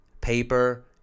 paper